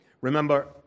Remember